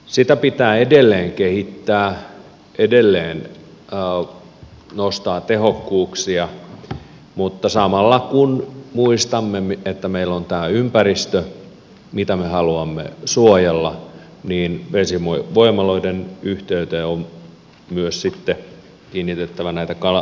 sitä pitää edelleen kehittää edelleen nostaa tehokkuuksia mutta samalla kun muistamme että meillä on tämä ympäristö mitä me haluamme suojella niin vesivoimaloiden yhteydessä on myös sitten kiinnitettävä näihin kalaportaisiin huomiota